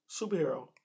superhero